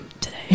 today